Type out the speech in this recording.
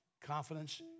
confidence